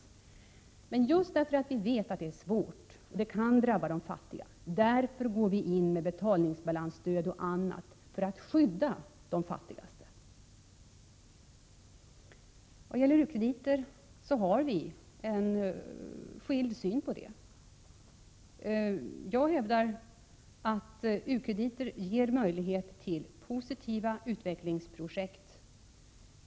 Vi går in med bl.a. betalningsbalansstöd, just därför att vi vet att detta är svårt och att det kan drabba de fattiga. Det här gör vi för att skydda de fattigaste. Vi har olika åsikter beträffande u-krediter. Jag hävdar att u-krediter ger möjlighet till positiva utvecklingsprojekt.